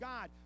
God